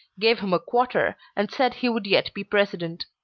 gave him a quarter, and said he would yet be president.